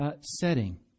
setting